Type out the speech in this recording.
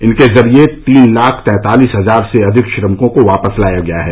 इनके जरिये तीन लाख तैंतालीस हजार से अधिक श्रमिकों को वापस लाया गया है